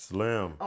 Slim